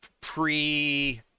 pre